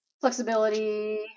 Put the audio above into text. Flexibility